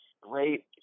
great